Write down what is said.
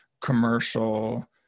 commercial